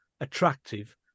attractive